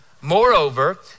Moreover